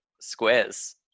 squares